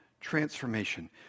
Transformation